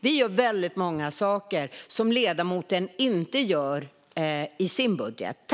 Vi gör väldigt många saker som ledamoten inte gör i sin budget.